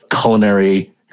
culinary